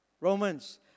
Romans